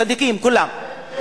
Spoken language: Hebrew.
צדיקים כולם.